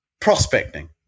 prospecting